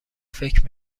فکر